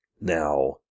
Now